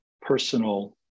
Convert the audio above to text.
personal